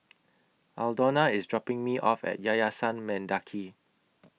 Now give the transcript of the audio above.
Aldona IS dropping Me off At Yayasan Mendaki